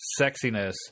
sexiness